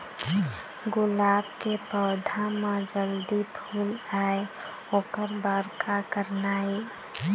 गुलाब के पौधा म जल्दी फूल आय ओकर बर का करना ये?